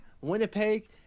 Winnipeg